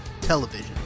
television